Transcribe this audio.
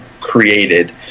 created